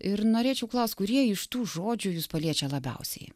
ir norėčiau klaust kurie iš tų žodžių jus paliečia labiausiai